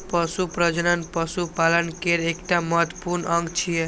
पशु प्रजनन पशुपालन केर एकटा महत्वपूर्ण अंग छियै